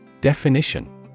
Definition